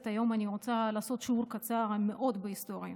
היום אני רוצה לעשות שיעור קצר מאוד בהיסטוריה.